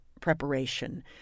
preparation